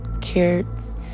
carrots